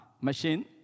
machine